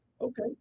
Okay